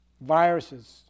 viruses